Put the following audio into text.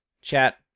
Chat